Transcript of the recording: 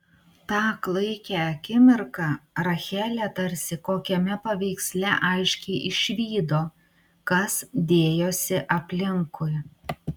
tą klaikią akimirką rachelė tarsi kokiame paveiksle aiškiai išvydo kas dėjosi aplinkui